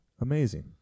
Amazing